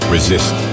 Resist